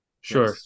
Sure